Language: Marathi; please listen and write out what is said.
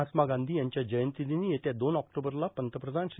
महात्मा गांधी यांच्या जयंती दिनी येत्या दोन ऑक्टोबरला पंतप्रधान श्री